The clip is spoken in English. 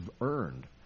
earned